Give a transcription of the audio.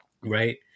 Right